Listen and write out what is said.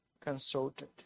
consulted